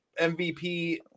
MVP